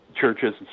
churches